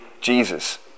Jesus